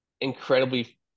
incredibly